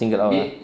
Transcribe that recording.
single out ah